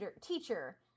teacher